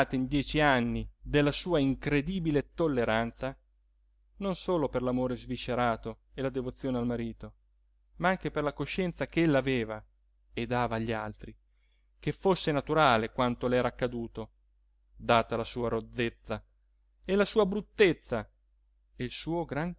in dieci anni della sua incredibile tolleranza non solo per l'amore sviscerato e la devozione al marito ma anche per la coscienza ch'ella aveva e dava agli altri che fosse naturale quanto le era accaduto data la sua rozzezza la sua bruttezza e il suo gran